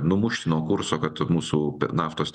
numušti nuo kurso kad mūsų naftos